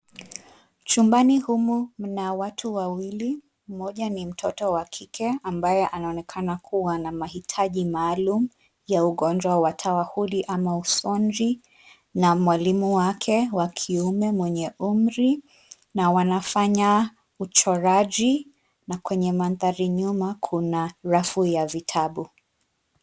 Chumbani humu mna watu wawili, mmoja ni mtoto wa kike ambaye anaonekana kuwa mahitaji maalum ya ugonjwa wa tawahuli ama usonji na mwalimu wake wa kiume mwenye umri na wanafanya uchoraji na kwenye mandhari nyuma kuna rafu ya vitabu.